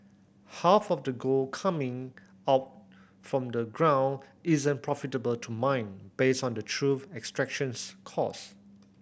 half of the gold coming out from the ground isn't profitable to mine based on the true extractions cost